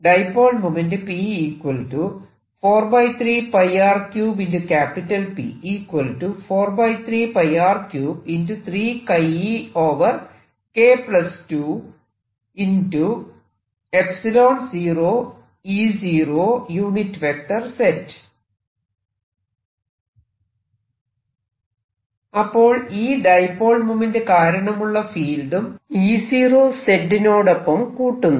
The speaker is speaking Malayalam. ഡൈപോൾ മോമെന്റ്റ് അപ്പോൾ ഈ ഡൈപോൾ മോമെന്റ്റ് കാരണമുള്ള ഫീൽഡും E0 z നോടൊപ്പം കൂട്ടുന്നു